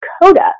Dakota